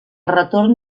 retorn